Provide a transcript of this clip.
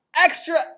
extra